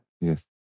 Yes